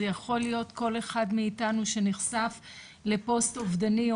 זה יכול להיות כל אחד מאיתנו שנחשף לפוסט אובדני,